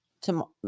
tomorrow